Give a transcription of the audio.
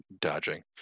dodging